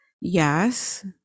yes